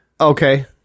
Okay